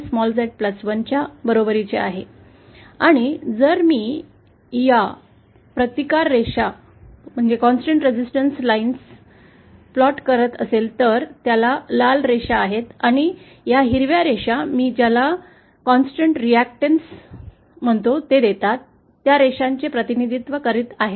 तर मग 𝚪 z 1 z 1 च्या बरोबरीने आहे आणि जर मी या प्रतिरोधक रेषा सतत रचत असेल तर त्या लाल रेषा आहेत आणि या हिरव्या रेषा मी ज्याला सतत प्रतिक्रिया देतात त्या रेषांचे प्रतिनिधित्व करीत आहेत